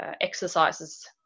exercises